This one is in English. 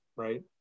right